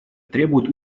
требует